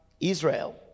Israel